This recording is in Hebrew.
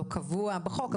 לא קבוע בחוק,